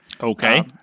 Okay